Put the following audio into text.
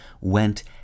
went